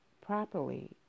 properly